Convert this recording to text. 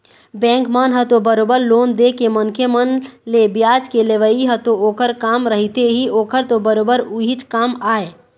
bank मन ह तो बरोबर लोन देके मनखे मन ले बियाज के लेवई ह तो ओखर काम रहिथे ही ओखर तो बरोबर उहीच काम आय